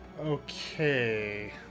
Okay